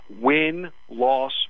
Win-loss